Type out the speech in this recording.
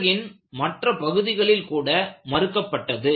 உலகின் மற்ற பகுதிகளில் கூட மறுக்கப்பட்டது